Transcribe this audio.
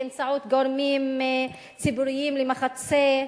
באמצעות גורמים ציבוריים למחצה,